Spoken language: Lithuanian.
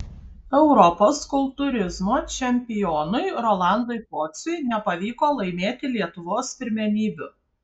europos kultūrizmo čempionui rolandui pociui nepavyko laimėti lietuvos pirmenybių